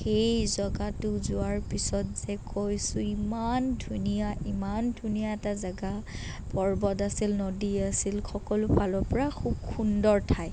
সেই জেগাটো যোৱাৰ পিছত যে কৈছো ইমান ধুনীয়া ইমান ধুনীয়া এটা জেগা পৰ্বত আছিল নদী আছিল সকলো ফালৰপৰা খুব সুন্দৰ ঠাই